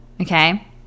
okay